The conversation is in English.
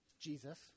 Jesus